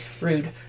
Rude